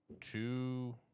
Two